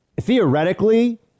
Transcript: Theoretically